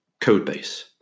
codebase